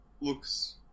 looks